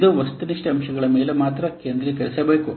ಇದು ವಸ್ತುನಿಷ್ಠ ಅಂಶಗಳ ಮೇಲೆ ಮಾತ್ರ ಕೇಂದ್ರೀಕರಿಸಬೇಕು